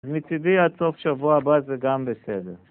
מצידי עד סוף שבוע הבא זה גם בסדר